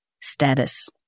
status